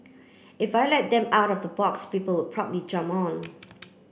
if I let them out of the box people probably jump on